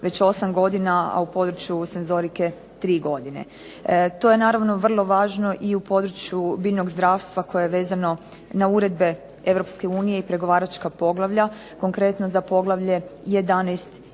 već 8 godina, a u području senzorike 3 godine. To je naravno vrlo važno i u području biljnog zdravstva koje je vezano na uredbe EU i pregovaračka poglavlja, konkretno za Poglavlje 11. i 12.